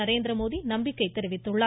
நரேந்திரமோடி நம்பிக்கை தெரிவித்துள்ளார்